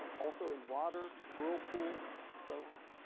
also in water, whirlpools and so on.